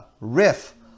riff